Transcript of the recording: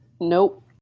Nope